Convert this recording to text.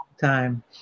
time